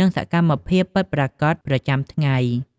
និងសកម្មភាពពិតប្រាកដប្រចាំថ្ងៃ។